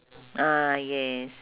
ah yes